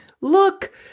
look